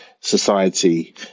society